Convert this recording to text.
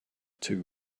two